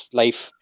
life